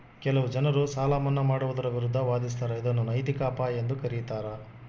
ಕೆಲವು ಜನರು ಸಾಲ ಮನ್ನಾ ಮಾಡುವುದರ ವಿರುದ್ಧ ವಾದಿಸ್ತರ ಇದನ್ನು ನೈತಿಕ ಅಪಾಯ ಎಂದು ಕರೀತಾರ